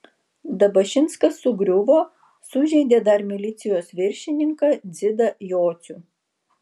dabašinskas sugriuvo sužeidė dar milicijos viršininką dzidą jocių